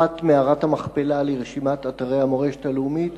הוספת מערת המכפלה לרשימת אתרי המורשת הלאומית.